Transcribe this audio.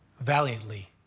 valiantly